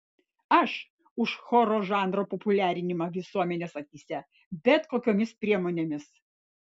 aš už choro žanro populiarinimą visuomenės akyse bet kokiomis priemonėmis